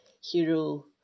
hero